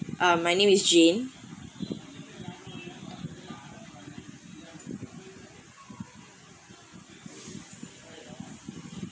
uh my name is jane